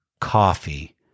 coffee